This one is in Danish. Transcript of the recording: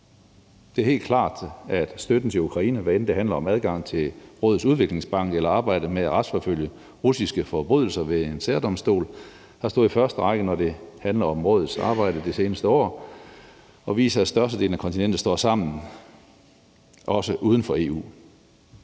Det er helt klart, at støtten til Ukraine, hvad end det handler om adgang til rådets udviklingsbank eller arbejdet med at retsforfølge russiske forbrydelser ved en særdomstol har stået i første række, når det handler om rådets arbejde det seneste år, og viser, at størstedelen af kontinentet står sammen, også uden for EU.